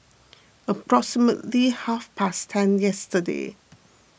approximately half past ten yesterday